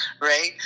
right